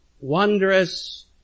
wondrous